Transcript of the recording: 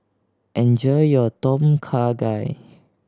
enjoy your Tom Kha Gai